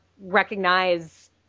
recognize